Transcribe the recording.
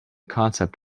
concept